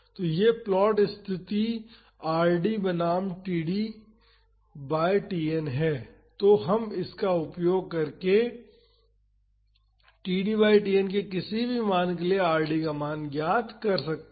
तो यह प्लॉट स्तिथि Rd बनाम td बाई Tn है तो हम इसका उपयोग करके td बाई Tn के किसी भी मान के लिए Rd का मान ज्ञात कर सकते हैं